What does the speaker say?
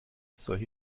solche